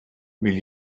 will